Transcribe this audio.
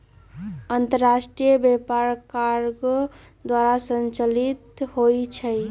अंतरराष्ट्रीय व्यापार कार्गो द्वारा संचालित होइ छइ